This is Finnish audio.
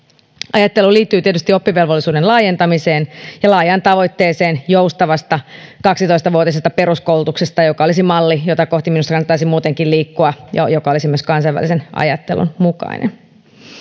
ajattelu liittyy tietysti oppivelvollisuuden laajentamiseen ja laajaan tavoitteeseen joustavasta kaksitoista vuotisesta peruskoulutuksesta joka olisi malli jota kohti minusta kannattaisi muutenkin liikkua ja joka olisi myös kansainvälisen ajattelun mukainen